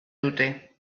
dute